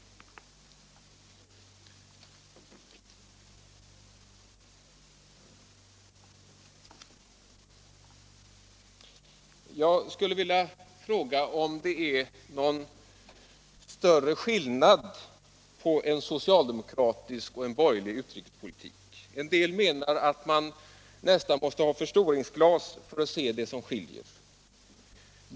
Jag vill ta upp frågan om det är någon större skillnad på en socialdemokratisk och en borgerlig utrikespolitik. En del menar att man nästan måste ha förstoringsglas för att kunna se det som skiljer.